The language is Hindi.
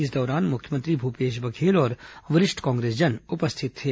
इस दौरान मुख्यमंत्री भूपेश बघेल और वरिष्ठ कांग्रेसजन उपस्थित थे